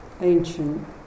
ancient